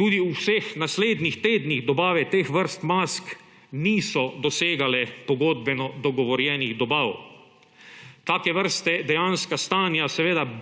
Tudi v vseh naslednjih tednih dobave teh vrst mask niso dosegale pogodbeno dogovorjenih dobav. Take vrste dejanska stanja